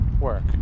work